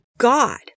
God